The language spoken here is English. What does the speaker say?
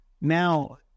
now